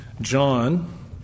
John